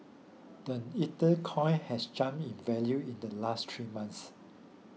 the ether coin has jumped in value in the last three months